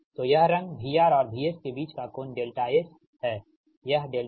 तो यह रंग VR और VS के बीच का कोण δS है यह δS δR है